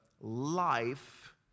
life